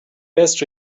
best